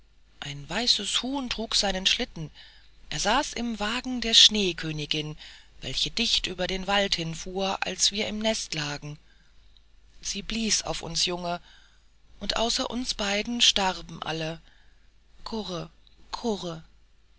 ein weißes huhn trug seinen schlitten er saß im wagen der schneekönigin welche dicht über den wald hinfuhr als wir im neste lagen sie blies auf uns junge und außer uns beiden starben alle kurre kurre